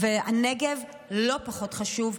והנגב לא פחות חשוב.